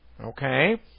Okay